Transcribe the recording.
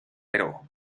pero